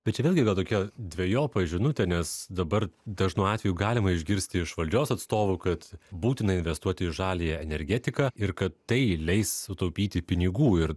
bet čia vėlgi gal tokia dvejopa žinutė nes dabar dažnu atveju galima išgirsti iš valdžios atstovų kad būtina investuoti į žaliąją energetiką ir kad tai leis sutaupyti pinigų ir